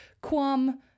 quam